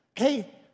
okay